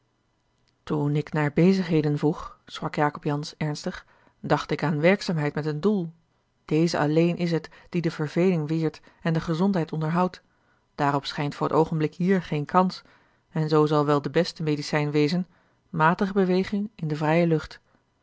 toen ik naar bezigheden vroeg sprak jacob jansz ernstig dacht ik aan werkzaamheid met een doel deze alleen is het die verveling weert en de gezondheid onderhoudt daarop schijnt voor t oogenblik hier geen kans en zoo zal wel de beste medicijn wezen matige beweging in de vrije lucht